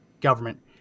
government